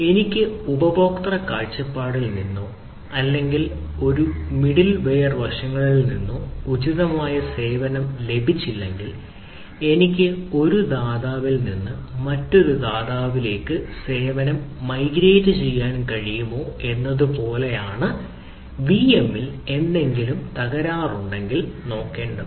എനിക്ക് ഉപഭോക്തൃ കാഴ്ചപ്പാടിൽ നിന്നോ അല്ലെങ്കിൽ ഒരു മിഡിൽ വെയറിന്റെ ചെയ്യാൻ കഴിയുമോ എന്നതുപോലെയാണ് വിഎമ്മിൽ എന്തെങ്കിലും തകരാറുണ്ടെങ്കിൽ നോക്കേണ്ടത്